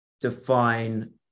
define